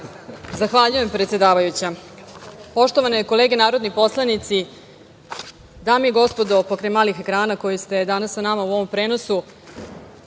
Zahvaljujem predsedavajuća. Poštovane kolege narodni poslanici, dame i gospodo pokraj malih ekrana koji ste danas sa nama u ovom prenosu,